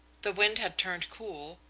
the wind had turned cool,